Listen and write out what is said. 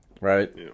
Right